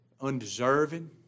Undeserving